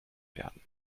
werden